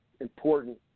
important